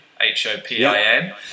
H-O-P-I-N